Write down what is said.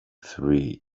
three